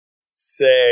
say